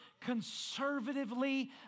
Conservatively